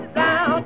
down